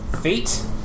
feet